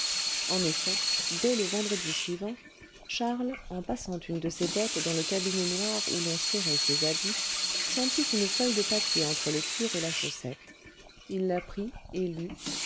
en effet dès le vendredi suivant charles en passant une de ses bottes dans le cabinet noir où l'on serrait ses habits sentit une feuille de papier entre le cuir et sa chaussette il la prit et